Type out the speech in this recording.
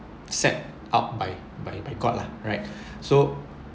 set up by by god lah right so